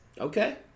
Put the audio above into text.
Okay